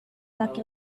laki